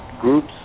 groups